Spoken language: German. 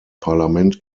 parlament